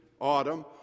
autumn